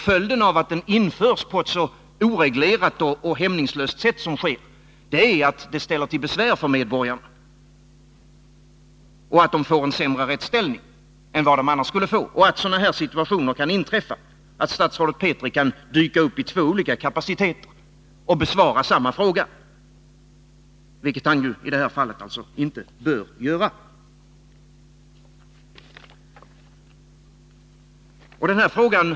Följden av att denna teknik införs på ett så oreglerat och hämningslöst sätt som sker är att det ställer till besvär för medborgarna och att dessa får en sämre rättsställning än vad de annars skulle få, vidare att sådana situationer kan inträffa som att statsrådet Petri dyker upp i två olika kapaciteter och besvarar samma fråga, vilket han alltså i det här fallet inte bör göra.